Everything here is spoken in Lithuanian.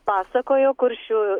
pasakojo kuršių